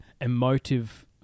emotive